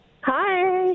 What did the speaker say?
Hi